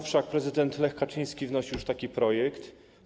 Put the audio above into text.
Wszak prezydent Lech Kaczyński wnosił już taki projekt.